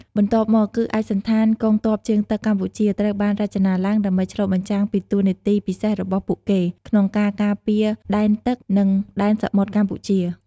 បន្ទាប់មកគឺឯកសណ្ឋានកងទ័ពជើងទឹកកម្ពុជាត្រូវបានរចនាឡើងដើម្បីឆ្លុះបញ្ចាំងពីតួនាទីពិសេសរបស់ពួកគេក្នុងការការពារដែនទឹក និងដែនសមុទ្រកម្ពុជា។